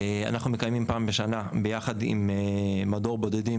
אנחנו מקיימים פעם בשנה ביחד עם מדור בודדים